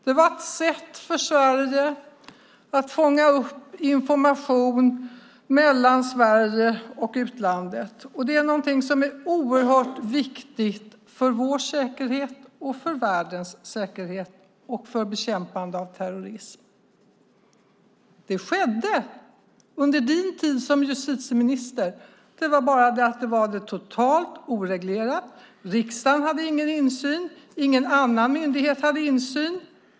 Det var ett sätt för Sverige att fånga upp information mellan Sverige och utlandet, och det är någonting som är oerhört viktigt för vår säkerhet, för världens säkerhet och för bekämpande av terrorism. Det skedde under din tid som justitieminister, Thomas Bodström. Det var bara det att det var totalt oreglerat. Riksdagen hade ingen insyn, och ingen annan myndighet hade insyn.